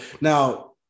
Now